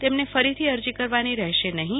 તેમને ફરીથી અરજી કરવાની રહેશે નહીં